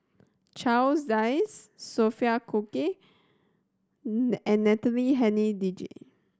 Charles Dyce Sophia Cooke and Natalie Hennedige